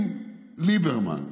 אם ליברמן,